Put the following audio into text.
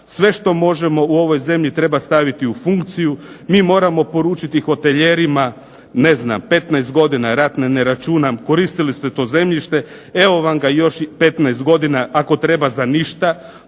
Sve što možemo u ovoj zemlji treba staviti u funkciju. Mi moramo poručiti hotelijerima ne znam 15 godina, rat ne računam, koristili ste to zemljište, evo vam ga još 15 godina ako treba za ništa.